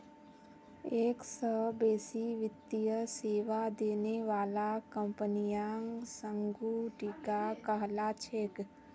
एक स बेसी वित्तीय सेवा देने बाला कंपनियां संगुटिका कहला छेक